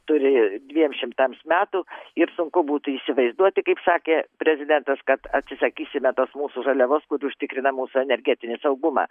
turi dviem šimtams metų ir sunku būtų įsivaizduoti kaip sakė prezidentas kad atsisakysime tos mūsų žaliavos kuri užtikrina mūsų energetinį saugumą